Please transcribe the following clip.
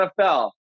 NFL